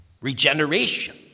regeneration